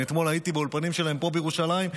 אתמול הייתי באולפנים שלהם פה בירושלים,